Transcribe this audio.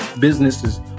businesses